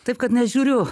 taip kad nežiūriu